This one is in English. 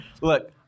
Look